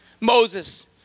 Moses